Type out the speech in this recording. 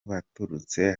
baturutse